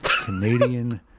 Canadian